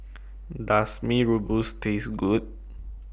Does Mee Rebus Taste Good